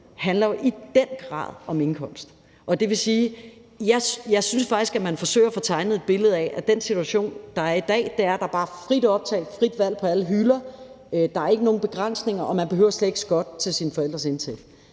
handler jo i den grad om indkomst. Jeg synes faktisk, at man forsøger at få tegnet et billede af, at den situation, der er i dag, er, at der bare er frit optag og frit valg på alle hylder, at der ikke er nogen begrænsninger, og at man slet ikke behøver at skotte til sine forældres indtægt.